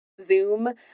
Zoom